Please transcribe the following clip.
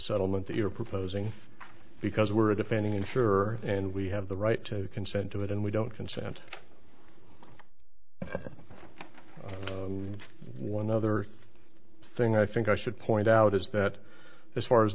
settlement that you are proposing because we're defending insure and we have the right to consent to it and we don't consent and one other thing i think i should point out is that as far as